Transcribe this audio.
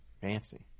Fancy